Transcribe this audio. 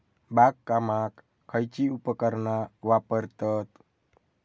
बागकामाक खयची उपकरणा वापरतत?